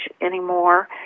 anymore